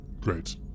Great